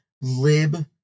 lib